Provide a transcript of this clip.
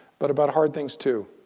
but about hard things, too.